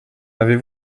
avez